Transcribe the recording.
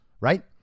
right